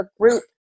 group